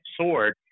sword